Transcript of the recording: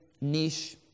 niche